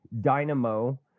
dynamo